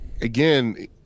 again